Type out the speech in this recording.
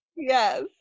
yes